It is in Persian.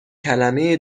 کلمه